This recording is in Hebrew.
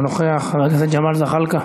אינו נוכח, חבר הכנסת ג'מאל זחאלקה,